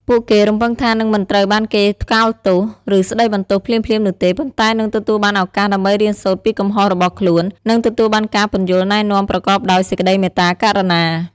ពួកគេរំពឹងថានឹងមិនត្រូវបានគេថ្កោលទោស ឬស្ដីបន្ទោសភ្លាមៗនោះទេ ប៉ុន្តែនឹងទទួលបានឱកាសដើម្បីរៀនសូត្រពីកំហុសរបស់ខ្លួន និងទទួលបានការពន្យល់ណែនាំប្រកបដោយសេចក្ដីមេត្តាករុណា។